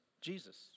Jesus